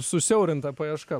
susiaurinta paieška